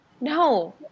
no